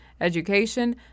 education